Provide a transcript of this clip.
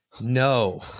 No